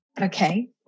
okay